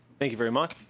thank you very much